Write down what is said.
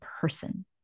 person